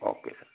okay sir